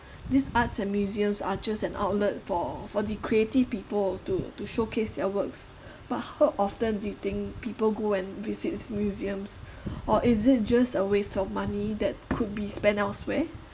these arts and museums are just an outlet for for the creative people to to showcase their works but how often do you think people go and visits museums or is it just a waste of money that could be spent elsewhere